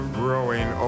growing